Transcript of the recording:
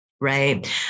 Right